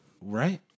right